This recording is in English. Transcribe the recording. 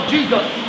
Jesus